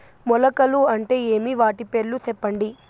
మొలకలు అంటే ఏమి? వాటి పేర్లు సెప్పండి?